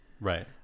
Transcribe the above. Right